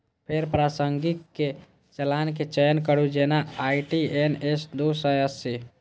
फेर प्रासंगिक चालान के चयन करू, जेना आई.टी.एन.एस दू सय अस्सी